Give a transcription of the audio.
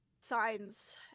signs